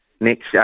next